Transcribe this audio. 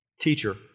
teacher